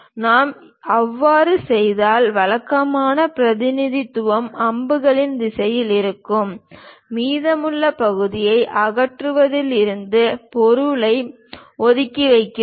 நாம் அவ்வாறு செய்தால் வழக்கமான பிரதிநிதித்துவம் அம்புகளின் திசையில் இருக்கும் மீதமுள்ள பகுதியை அகற்றுவதில் இருந்து பொருளை ஒதுக்கி வைக்கிறோம்